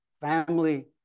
family